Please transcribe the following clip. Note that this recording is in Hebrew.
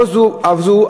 לא זו אף זו,